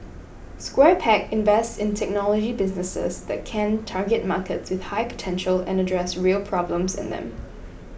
Square Peg invests in technology businesses that can target markets with high potential and address real problems in them